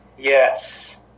Yes